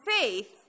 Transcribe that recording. faith